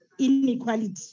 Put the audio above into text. inequality